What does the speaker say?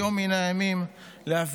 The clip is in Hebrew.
איבד